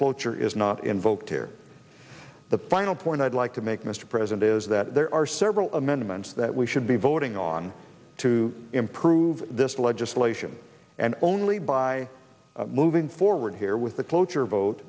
cloture is not invoked here the final point i'd like to make mr president is that there are several amendments that we should be voting on to improve this legislation and only by moving forward here with the cloture vote